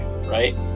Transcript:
right